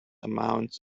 amounts